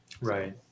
right